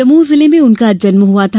दमोह जिले में उनका जन्म हुआ था